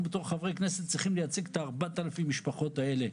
אנחנו בתור חברי כנסת צריכים לייצג את ה-4,000 משפחות האלה.